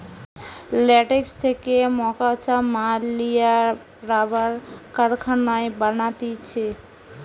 latex থেকে মকাঁচা মাল লিয়া রাবার কারখানায় বানাতিছে